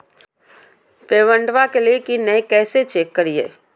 पेमेंटबा कलिए की नय, कैसे चेक करिए?